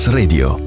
Radio